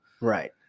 right